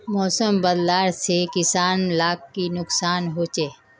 मौसम बदलाव से किसान लाक की नुकसान होचे?